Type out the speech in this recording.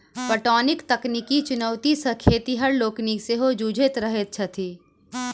पटौनीक तकनीकी चुनौती सॅ खेतिहर लोकनि सेहो जुझैत रहैत छथि